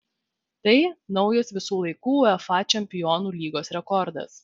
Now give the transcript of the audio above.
tai naujas visų laikų uefa čempionų lygos rekordas